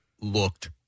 looked